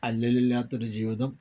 അല്ലലില്ലാത്തൊരു ജീവിതം